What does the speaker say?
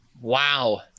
Wow